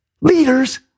leaders